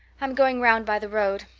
i'm going round by the road.